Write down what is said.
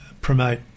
promote